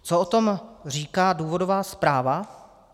Co o tom říká důvodová zpráva?